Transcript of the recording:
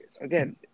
again